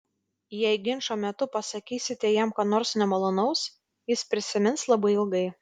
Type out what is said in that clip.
jei ginčo metu pasakysite jam ką nors nemalonaus jis prisimins labai ilgai